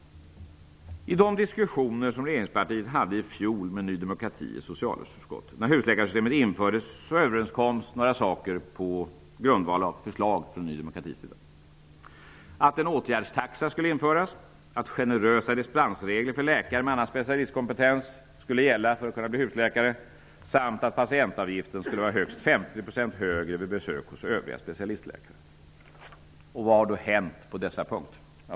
I de diskussioner som regeringspartierna hade i fjol med Ny demokrati i socialutskottet, när husläkarsystemet infördes, kom man överens om några saker på grundval av förslag från Ny demokratis sida. Man kom överens om att en åtgärdstaxa skulle införas, att generösa dispensregler för läkare med annan specialistkompetens skulle gälla så att de skulle kunna bli husläkare samt att patientavgiften skulle vara högst 50 % högre vid besök hos övriga specialistläkare. Vad har då hänt på dessa punkter?